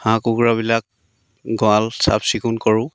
হাঁহ কুকুৰাবিলাক গড়াল চাফচিকুণ কৰোঁ